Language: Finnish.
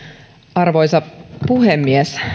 arvoisa puhemies